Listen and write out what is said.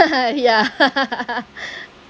ya